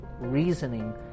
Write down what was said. reasoning